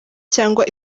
cyangwa